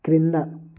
క్రింద